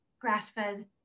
grass-fed